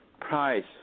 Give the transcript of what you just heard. price